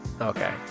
Okay